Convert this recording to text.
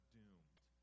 doomed